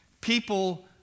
people